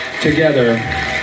together